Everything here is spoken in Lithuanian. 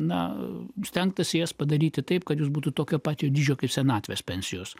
na stengtųsi jas padaryti taip kad jis būtų tokio pat dydžio kaip senatvės pensijos